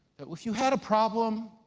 if you had a problem,